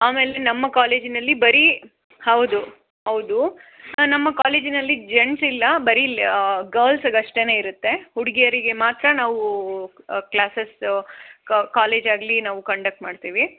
ಆಮೇಲೆ ನಮ್ಮ ಕಾಲೇಜಿನಲ್ಲಿ ಬರೀ ಹೌದು ಹೌದೂ ನಮ್ಮ ಕಾಲೇಜಿನಲ್ಲಿ ಜೆಂಟ್ಸ್ ಇಲ್ಲ ಬರೀ ಲ್ ಗರ್ಲ್ಸ್ಗೆ ಅಷ್ಟೇನೆ ಇರುತ್ತೆ ಹುಡುಗಿಯರಿಗೆ ಮಾತ್ರ ನಾವು ಕ್ಲಾಸಸ್ ಕ ಕಾಲೇಜಾಗ್ಲಿ ನಾವು ಕಂಡಕ್ಟ್ ಮಾಡ್ತೀವಿ